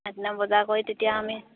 আগদিনা বজাৰ কৰি তেতিয়া আমি